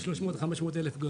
ה-300,000 ה-500,000.